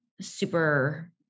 super